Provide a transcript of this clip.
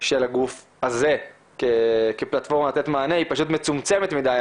של הגוף הזה כפלטפורמה לתת מענה היא פשוט מצומצמת מידיי.